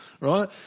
right